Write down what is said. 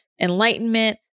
enlightenment